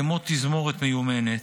כמו תזמורת מיומנת,